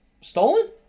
stolen